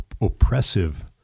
oppressive